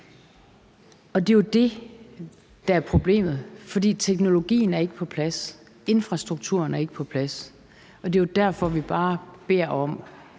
Det er jo det, der er problemet, for teknologien og infrastrukturen er jo ikke på plads, og det er jo derfor, vi bare siger,